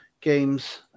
games